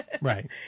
right